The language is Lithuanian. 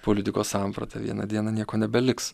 politikos sampratą vieną dieną nieko nebeliks